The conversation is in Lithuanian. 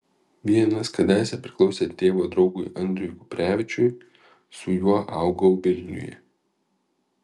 vienas kadaise priklausė tėvo draugui andriui kuprevičiui su juo augau vilniuje